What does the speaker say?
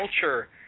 culture